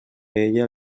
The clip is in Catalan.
ella